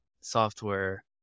software